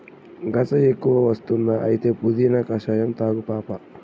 గస ఎక్కువ వస్తుందా అయితే పుదీనా కషాయం తాగు పాపా